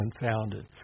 unfounded